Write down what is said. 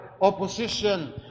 opposition